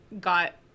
got